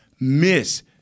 miss